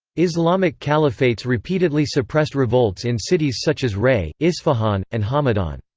islamic caliphates repeatedly suppressed revolts in cities such as rey, isfahan, and hamadan.